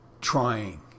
trying